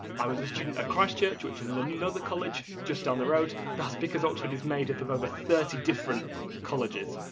i was a student at christ church which is an another college just down the road, that's because oxford is made up of over thirty different colleges.